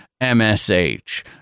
MSH